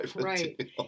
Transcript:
Right